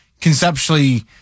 conceptually